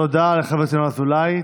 תודה לחבר הכנסת ינון אזולאי.